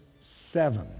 seven